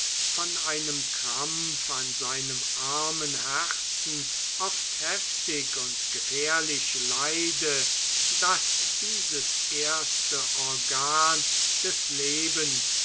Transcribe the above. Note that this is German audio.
von einem krampf an seinem armen herzen oft heftig und gefährlich leide daß dieses erste organ des lebens